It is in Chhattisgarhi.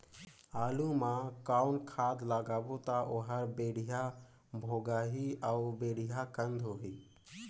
आलू मा कौन खाद लगाबो ता ओहार बेडिया भोगही अउ बेडिया कन्द होही?